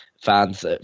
fans